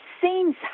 seems